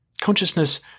Consciousness